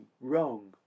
wrong